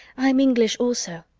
i'm english also.